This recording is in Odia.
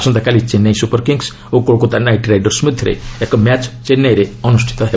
ଆସନ୍ତାକାଲି ଚେନ୍ନାଇ ସୁପରକିଙ୍ଗସ୍ ଓ କୋଲକାତା ନାଇଟ୍ରାଇଡର୍ସ ମଧ୍ୟରେ ଏକ ମ୍ୟାଚ୍ ଚେନ୍ନାଇରେ ଅନୁଷ୍ଠିତ ହେବ